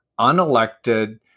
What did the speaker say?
unelected